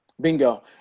Bingo